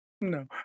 No